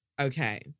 Okay